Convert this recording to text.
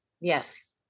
Yes